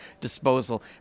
disposal